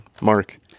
mark